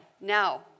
Now